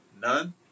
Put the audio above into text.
None